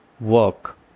work